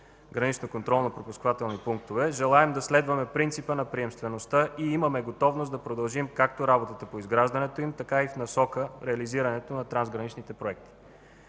гранични контролно-пропускателни пунктове. Желаем да следваме принципа на приемствеността и имаме готовност да продължим както работата по изграждането им, така и в насока реализирането на трансграничните проекти.